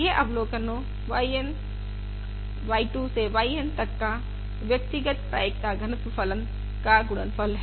यह अवलोकनो y 1 y 2 से yN तक का पृथक पृथक प्रायिकता घनत्व फलन का गुणनफल है